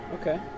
Okay